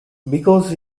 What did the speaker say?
because